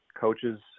coaches